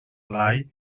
blai